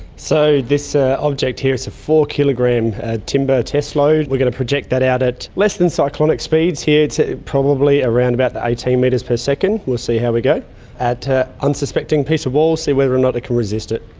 so this ah object here is four-kilogram timber test load. we're going to project that out at less than cyclonic speeds here to probably around about the eighteen metres per second, we'll see how we go at an unsuspecting piece of wall see whether or not it can resist it.